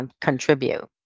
contribute